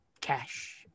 cash